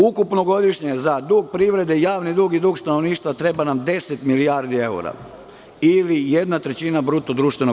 Ukupno godišnje za dug privrede, javni dug i dug stanovništva treba nam deset milijardi eura ili jedna trećina BDP.